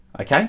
Okay